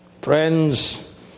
Friends